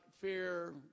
fear